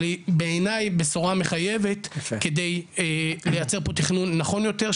אבל היא בעיני בשורה מחייבת כדי לייצר פה תכנון נכון יותר,